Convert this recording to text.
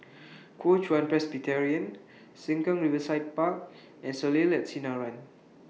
Kuo Chuan Presbyterian Sengkang Riverside Park and Soleil and Sinaran